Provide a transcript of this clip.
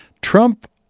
Trump